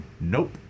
Nope